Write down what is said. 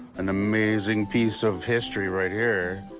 an amazing piece of history right here.